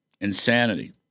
insanity